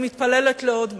אני מתפללת לעוד משהו,